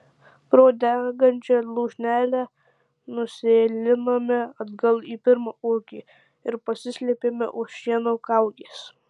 pro degančią lūšnelę nusėlinome atgal į pirmą ūkį ir pasislėpėme už šieno kaugės